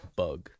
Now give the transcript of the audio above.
bug